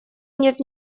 нет